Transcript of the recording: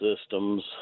systems